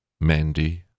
Mandy